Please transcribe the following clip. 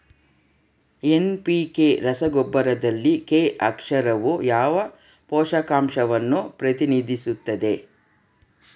NPK ರಸಗೊಬ್ಬರದಲ್ಲಿ K ಅಕ್ಷರವು ಯಾವ ಪೋಷಕಾಂಶವನ್ನು ಪ್ರತಿನಿಧಿಸುತ್ತದೆ?